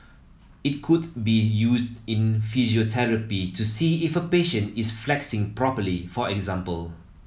it could be used in physiotherapy to see if a patient is flexing properly for example